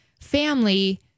family